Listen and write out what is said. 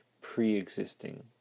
pre-existing